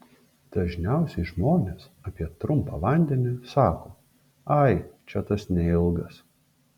dažniausiai žmonės apie trumpą vandenį sako ai čia tas neilgas